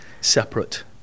separate